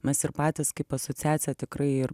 mes ir patys kaip asociacija tikrai ir